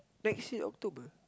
next year October